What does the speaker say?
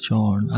John